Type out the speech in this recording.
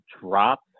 drop